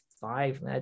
five